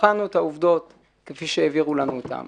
בחנו את העובדות כפי שהעבירו לנו אותן